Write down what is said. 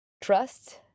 Trust